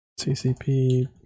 CCP